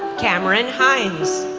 cameron hiens,